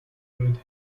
with